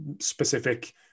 specific